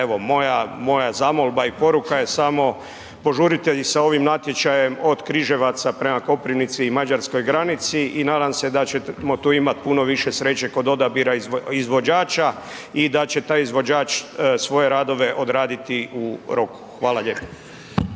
Evo moja zamolba i poruka je samo požurite i sa ovim natječajem od Križevaca prema Koprivnici i mađarskoj granici i nadam se da ćemo tu imati puno više sreće kod odabira izvođača i da će taj izvođač svoje radove odraditi u roku. Hvala lijepo.